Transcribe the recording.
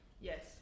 Yes